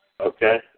Okay